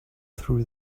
threw